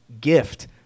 gift